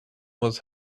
was